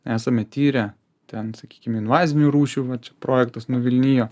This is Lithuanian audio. esame tyrę ten sakykim invazinių rūšių vat čia projektas nuvilnijo